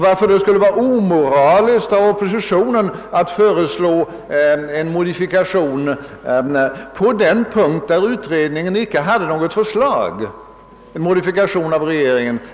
Varför det då skulle vara omoraliskt av oppositionen att föreslå en modifikation i förhållande till regeringens ställningstagande på den punkt där utredningen inte hade något förslag, kan ingen begripa.